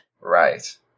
Right